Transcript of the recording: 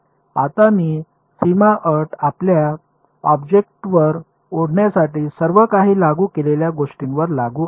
आता ही सीमा अट आपल्या ऑब्जेक्ट वर ओढण्यासाठी सर्व काही लागू असलेल्या गोष्टींवर लागू आहे